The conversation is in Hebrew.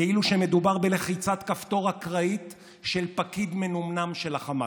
כאילו שמדובר בלחיצת כפתור אקראית של פקיד מנומנם של החמאס.